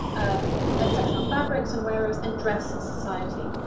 a section on fabrics and wearers and dress and society.